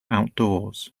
outdoors